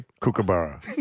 kookaburra